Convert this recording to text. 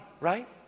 Right